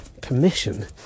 permission